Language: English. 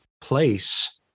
place